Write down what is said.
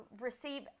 receive